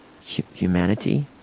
humanity